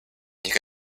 ihre